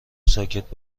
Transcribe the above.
ساکت